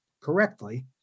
correctly